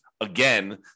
again